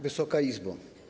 Wysoka Izbo!